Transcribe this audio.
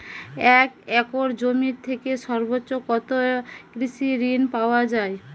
এক একর জমি থেকে সর্বোচ্চ কত কৃষিঋণ পাওয়া য়ায়?